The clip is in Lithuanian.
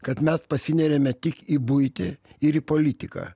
kad mes pasineriame tik į buitį ir į politiką